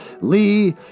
Lee